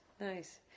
nice